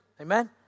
Amen